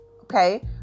Okay